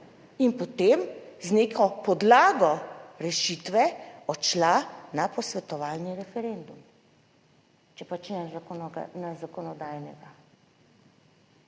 in potem z neko podlago rešitve odšla na posvetovalni referendum, če pač ni zakonodajnega,